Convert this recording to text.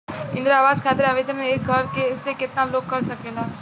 इंद्रा आवास खातिर आवेदन एक घर से केतना लोग कर सकेला?